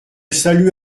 salue